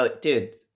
Dude